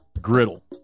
Griddle